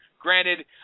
granted